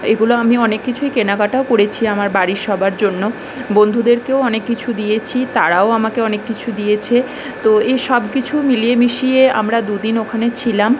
এইগুলো আমি অনেক কিছুই কেনাকাটাও করেছি আমার বাড়ির সবার জন্য বন্ধুদেরকেও অনেক কিছু দিয়েছি তারাও আমাকে অনেক কিছু দিয়েছে তো এসব কিছু মিলিয়ে মিশিয়ে আমরা দু দিন ওখানে ছিলাম